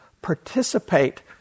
Participate